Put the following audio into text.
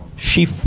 she,